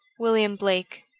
william blake